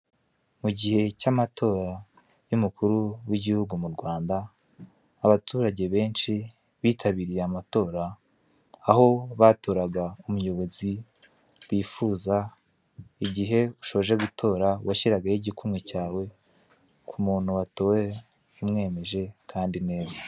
Mu gihe cy'amatora y'umukuru w'igihugu mu Rwanda abaturage benshi bitabiriye amatora, aho batoraga nk'umuyobozi bifuza, igihe ushoje gutora washyiragaho igikumwe cyawe ku muntu watowe umwemeje kandi neza.